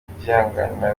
kubyihanganira